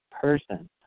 person